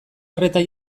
arreta